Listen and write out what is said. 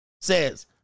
says